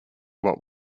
what